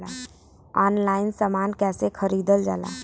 Online समान कैसे खरीदल जाला?